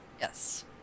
Yes